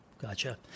gotcha